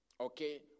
okay